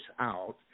out